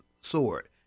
sword